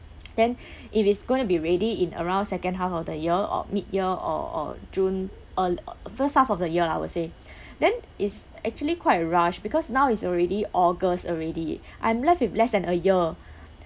then if it's going to be ready in around second half of the year or mid year or or june on first half of the year lah I would say then it's actually quite rush because now is already august already I'm left with less than a year